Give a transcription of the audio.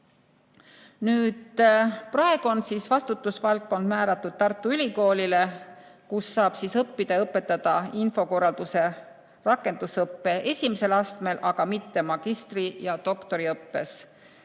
Praegu on vastutusvaldkond määratud Tartu Ülikoolile, kus saab õppida ja õpetada infokorralduse rakendusõppe esimesel astmel, aga mitte magistri- ja doktoriõppes.